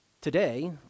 Today